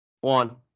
One